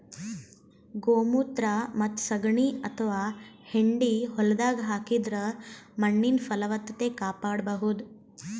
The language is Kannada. ಗೋಮೂತ್ರ ಮತ್ತ್ ಸಗಣಿ ಅಥವಾ ಹೆಂಡಿ ಹೊಲ್ದಾಗ ಹಾಕಿದ್ರ ಮಣ್ಣಿನ್ ಫಲವತ್ತತೆ ಕಾಪಾಡಬಹುದ್